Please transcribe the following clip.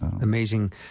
amazing